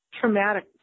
traumatic